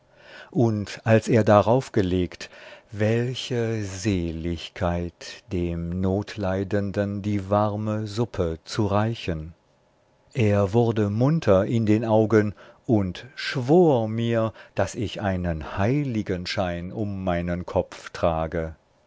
und als er darauf gelegt welche seligkeit dem notleidenden die warme suppe zu reichen er wurde munter in den augen und schwor mir daß ich einen heiligenschein um meinen kopf trage